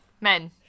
Men